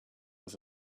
with